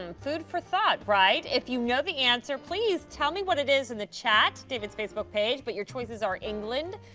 and food for thought, right? if you know the answer, please tell me what it is in the chat, with david's facebook page but your choices are england,